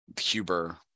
Huber